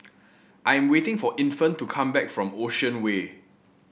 I am waiting for Infant to come back from Ocean Way